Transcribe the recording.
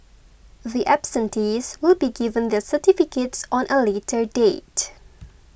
the absentees will be given their certificates on a later date